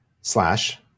slash